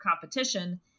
competition